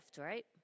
right